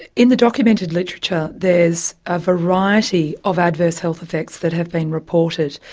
in the documented literature there is a variety of adverse health effects that have been reported.